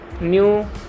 new